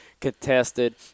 contested